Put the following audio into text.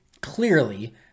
clearly